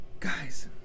Guys